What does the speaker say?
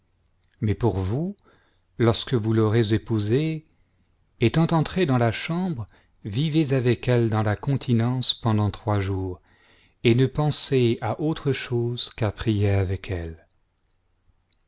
mais pour vous lorsque vous l'aurez épousée étant entré dans la chambre vivez avec elle dans la continence pendant trois jours et ne pensez à autre chose qu'à prier avec elle